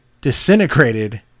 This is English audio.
disintegrated